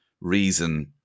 reason